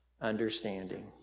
understanding